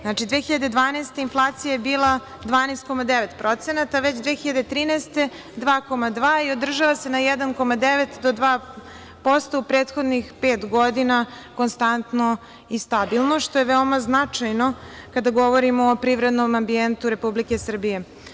Znači, 2012. godine inflacija je bila 12,9%, već 2013. godine 2,2% i održava se na 1,9 do 2% u prethodnih pet godina konstantno i stabilno, što je veoma značajno kada govorimo o privrednom ambijentu Republike Srbije.